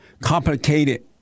complicated